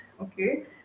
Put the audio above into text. okay